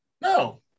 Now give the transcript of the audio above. No